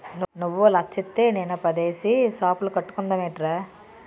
నువ్వో లచ్చిత్తే నేనో పదేసి సాపులు కట్టుకుందమేట్రా